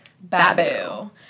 Babu